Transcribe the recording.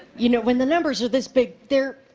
you know when the numbers are this big they're.